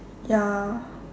ya